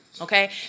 okay